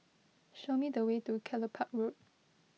show me the way to Kelopak Road